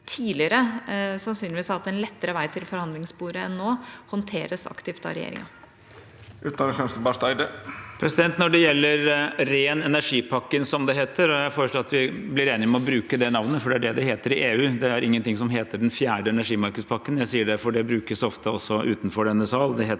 enn nå, håndteres aktivt av regjeringa. Utenriksminister Espen Barth Eide Til ren energi-pakken, som den heter: Jeg foreslår at vi blir enige om å bruke det navnet, for det er det det heter i EU, det er ingenting som heter den fjerde energimarkedspakken. Jeg sier det, for det brukes ofte også utenfor denne sal.